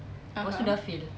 (uh huh)